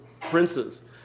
princes